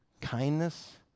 kindness